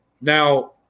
Now